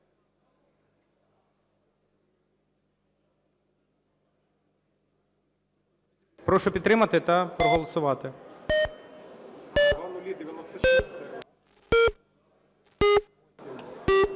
Прошу підтримати та проголосувати.